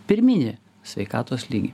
pirminį sveikatos lygį